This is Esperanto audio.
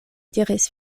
diris